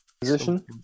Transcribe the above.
Position